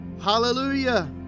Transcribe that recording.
Hallelujah